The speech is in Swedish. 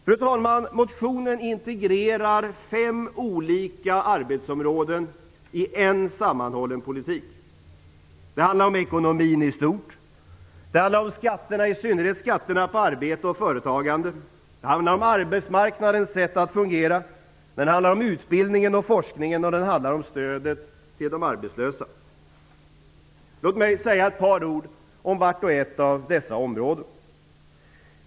Fru talman! Motionen integrerar fem olika arbetsområden i en sammanhållen politik. Det handlar om ekonomin i stort. Det handlar om skatterna, och i synnerhet skatterna på arbete och företagande. Det handlar om arbetsmarknadens sätt att fungera. Det handlar om utbildningen och forskningen, och det handlar om stödet till de arbetslösa. Låt mig säga ett par ord om vart och ett av dessa områden.